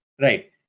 right